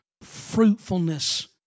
fruitfulness